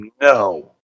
No